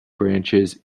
branches